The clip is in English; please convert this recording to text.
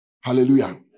Hallelujah